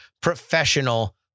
professional